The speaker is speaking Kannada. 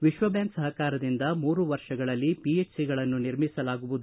ವಿಶ್ವಬ್ಯಾಂಕ್ ಸಹಕಾರದಿಂದ ಮೂರು ವರ್ಷಗಳಲ್ಲಿ ಪಿಎಚ್ಸಿಗಳನ್ನು ನಿರ್ಮಿಸಲಾಗುವುದು